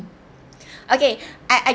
okay I I